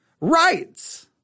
rights